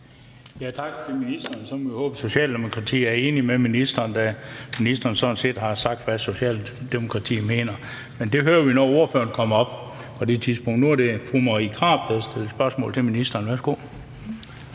Tak til ministeren. Så må vi håbe, at Socialdemokratiet er enig med ministeren, da ministeren sådan set har sagt, hvad Socialdemokratiet mener. Men det hører vi, når ordføreren kommer op på talerstolen. Nu er det fru Marie Krarup, der stiller spørgsmål til ministeren. Værsgo.